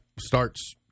starts